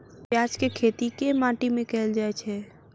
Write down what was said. प्याज केँ खेती केँ माटि मे कैल जाएँ छैय?